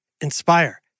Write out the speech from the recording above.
Inspire